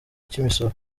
cy’imisoro